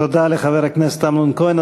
תודה לחבר הכנסת אמנון כהן.